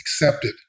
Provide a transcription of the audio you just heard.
accepted